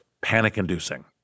panic-inducing